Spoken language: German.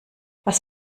was